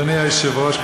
אדוני היושב-ראש,